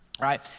right